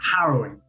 harrowing